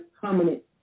permanent